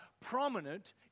prominent